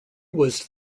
was